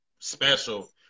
Special